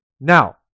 now